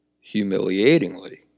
humiliatingly